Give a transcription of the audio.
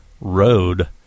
road